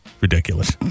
Ridiculous